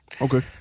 Okay